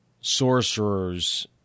sorcerers